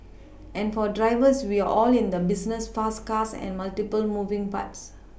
and for drivers we are all in the business fast cars and multiple moving parts